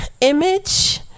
image